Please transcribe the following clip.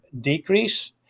decrease